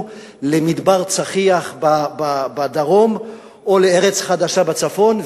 למדבר צחיח בדרום או לארץ חדשה בצפון.